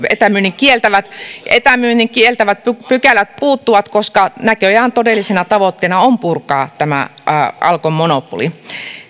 etämyynnin kieltävät etämyynnin kieltävät pykälät puuttuvat koska näköjään todellisena tavoitteena on purkaa alkon monopoli